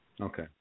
Okay